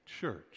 Church